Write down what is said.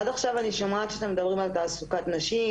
עד עכשיו אני שומעת שאתם מדברים על תעסוקת נשים,